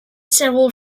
several